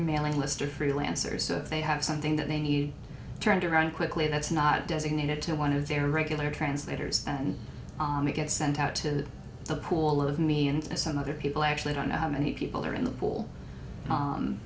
mailing list or freelancers so if they have something that they need turned around quickly that's not designated to one of their regular translators and they get sent out to the pool of me and some other people actually don't know how many people are in the pool